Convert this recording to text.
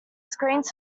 screens